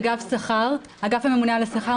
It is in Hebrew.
אגף הממונה על השכר,